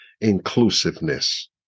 inclusiveness